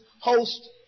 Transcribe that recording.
host